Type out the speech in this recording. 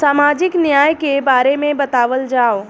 सामाजिक न्याय के बारे में बतावल जाव?